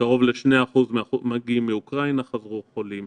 קרוב ל-2% מהמגיעים מאוקראינה חזרו חולים,